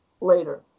later